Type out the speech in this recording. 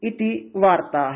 इति वार्ता